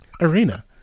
Arena